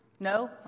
No